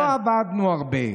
לא עבדנו הרבה,